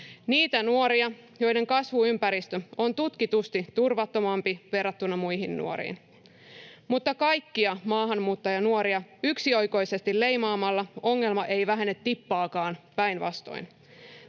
niitä nuoria, joiden kasvuympäristö on tutkitusti turvattomampi verrattuna muihin nuoriin, mutta kaikkia maahanmuuttajanuoria yksioikoisesti leimaamalla ongelma ei vähene tippaakaan, päinvastoin.